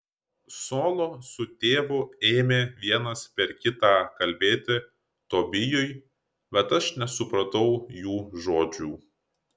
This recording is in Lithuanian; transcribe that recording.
solo su tėvu ėmė vienas per kitą kalbėti tobijui bet aš nesupratau jų žodžių